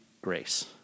grace